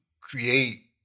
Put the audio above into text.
create